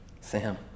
Sam